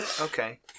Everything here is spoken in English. Okay